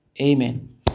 amen